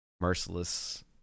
merciless